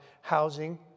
housing